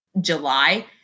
July